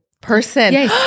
person